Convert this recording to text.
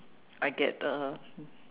I get uh